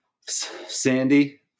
sandy